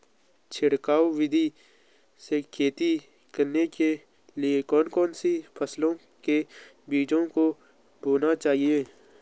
छिड़काव विधि से खेती करने के लिए कौन कौन सी फसलों के बीजों को बोना चाहिए?